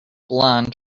blonde